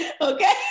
okay